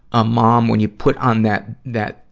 ah mom, when you put on that, that,